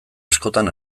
askotan